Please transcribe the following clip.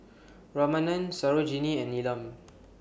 Ramanand Sarojini and Neelam